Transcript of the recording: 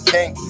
King